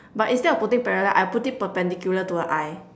but instead of putting parallel I put it perpendicular to her eye